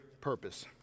purpose